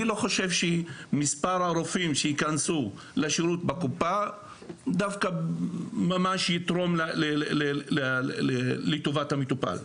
אני לא חושב שמספר הרופאים שייכנסו לשירות בקופה יתרום לטובת המטופל.